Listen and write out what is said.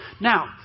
Now